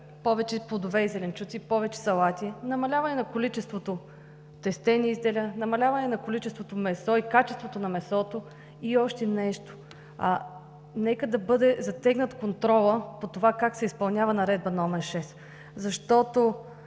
повече плодове и зеленчуци, повече салати, намаляване на количеството тестени изделия, намаляване на количеството месо и качеството на месото. Още нещо, нека да бъде затегнат контролът по това как се изпълнява Наредба № 6, защото